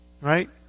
Right